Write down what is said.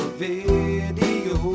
video